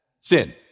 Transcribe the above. Sin